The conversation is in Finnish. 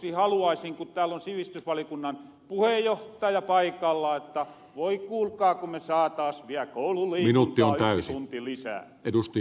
lopuksi haluaisin sanoa kun tääl on sivistysvaliokunnan puheenjohtaja paikalla että voi kuulkaa kun me saataas vielä koululiikuntaan yksi tunti lisää